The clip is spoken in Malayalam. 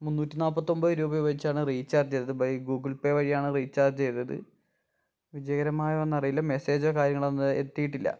മുന്നൂറ്റി നാൽപ്പത്തൊമ്പത് രൂപ വെച്ചാണ് റീചാർജ് ചെയ്തത് ബൈ ഗൂഗിൾ പേ വഴിയാണ് റീചാർജ് ചെയ്തത് വിജയകരമായോന്നറിയില്ല മെസ്സേജോ കാര്യങ്ങളൊന്നും എത്തിയിട്ടില്ല